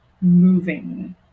moving